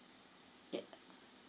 yet